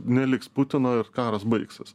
neliks putino ir karas baigsis